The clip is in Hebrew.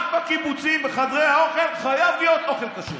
רק בחדרי האוכל שבקיבוצים חייב להיות אוכל כשר.